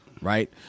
Right